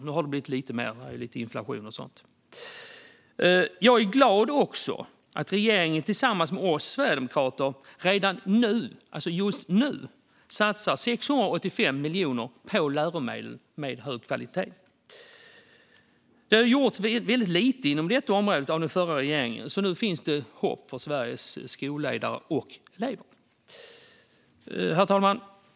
Nu har det blivit lite mer på grund av inflation och annat. Jag är också glad över att regeringen tillsammans med oss sverigedemokrater redan nu satsar 685 miljoner kronor på läromedel med hög kvalitet. Det gjordes väldigt lite inom detta område av den förra regeringen, så nu finns det hopp för Sveriges skolledare och elever. Herr talman!